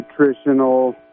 nutritional